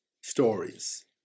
stories